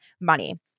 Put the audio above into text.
money